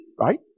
right